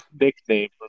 nickname